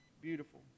beautiful